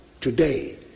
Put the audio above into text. today